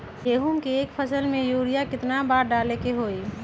गेंहू के एक फसल में यूरिया केतना बार डाले के होई?